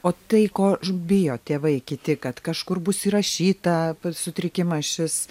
o tai ko bijo tėvai kiti kad kažkur bus įrašyta sutrikimas šis